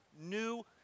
new